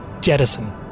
Jettison